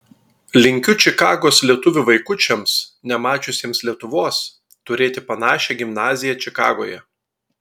linkiu čikagos lietuvių vaikučiams nemačiusiems lietuvos turėti panašią gimnaziją čikagoje